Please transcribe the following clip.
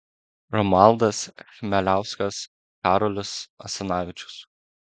romualdas chmeliauskas karolis asanavičius